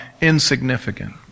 insignificant